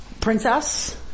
princess